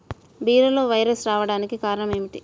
బీరలో వైరస్ రావడానికి కారణం ఏమిటి?